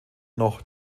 noch